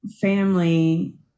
family